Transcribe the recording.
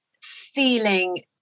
feeling